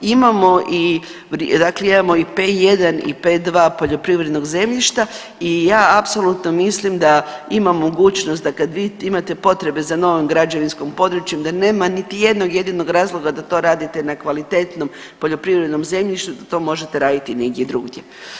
Imamo dakle imamo i P1 i P2 poljoprivrednog zemljišta i ja apsolutno mislim da imamo mogućnost da kada vi imate potrebe za novim građevinskim područjem da nema niti jednog jedinog razloga da to radite na kvalitetnom poljoprivrednom zemljištu, da to možete raditi negdje drugdje.